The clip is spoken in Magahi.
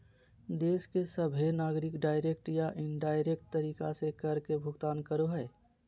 देश के सभहे नागरिक डायरेक्ट या इनडायरेक्ट तरीका से कर के भुगतान करो हय